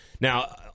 Now